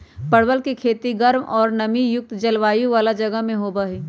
परवल के खेती गर्म और नमी युक्त जलवायु वाला जगह में होबा हई